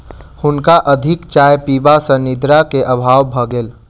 हुनका अधिक चाय पीबा सॅ निद्रा के अभाव भ गेल